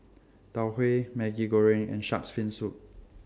Tau Huay Maggi Goreng and Shark's Fin Soup